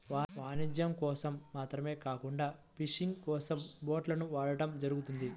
వాణిజ్యం కోసం మాత్రమే కాకుండా ఫిషింగ్ కోసం బోట్లను వాడటం జరుగుతుంది